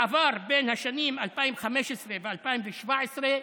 בעבר, בשנים 2015 2017,